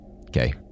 Okay